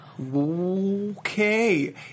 Okay